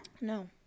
No